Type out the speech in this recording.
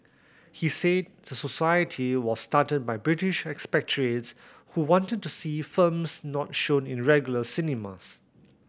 he said the society was started by British expatriates who wanted to see films not shown in regular cinemas